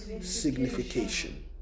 signification